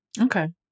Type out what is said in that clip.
Okay